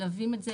מלווים את זה,